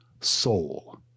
soul